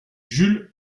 jules